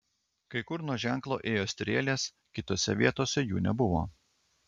kai kur nuo ženklo ėjo strėlės kitose vietose jų nebuvo